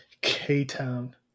K-Town